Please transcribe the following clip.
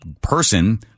person